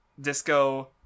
disco